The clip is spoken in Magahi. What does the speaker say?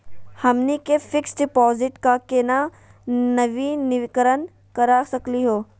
हमनी के फिक्स डिपॉजिट क केना नवीनीकरण करा सकली हो?